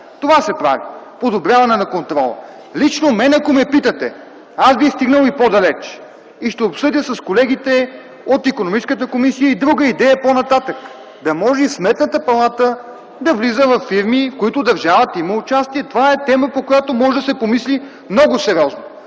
Това се прави – подобряване на контрола. Лично, мен ако ме питате, аз бих стигнал и по-далеч и ще обсъдя с колегите от Икономическата комисия и друга идея по нататък – да може и Сметната палата да влиза във фирми, в които държавата има участие. Това е тема, по която може да се помисли много сериозно,